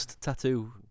tattoo